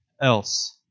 else